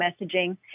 messaging